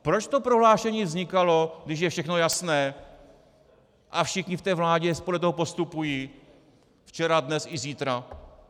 Proč to prohlášení vznikalo, když je všechno jasné a všichni v té vládě podle toho postupují včera, dnes i zítra?